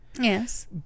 Yes